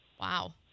Wow